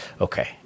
Okay